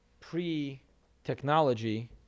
pre-technology